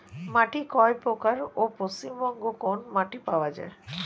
মাটি কয় প্রকার ও পশ্চিমবঙ্গ কোন মাটি পাওয়া য়ায়?